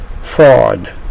Fraud